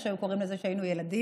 כמו שהיו קוראים לזה כשהיינו ילדים.